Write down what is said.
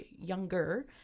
younger